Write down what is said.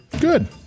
good